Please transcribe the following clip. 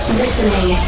listening